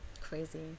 crazy